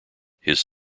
his